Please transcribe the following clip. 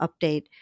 update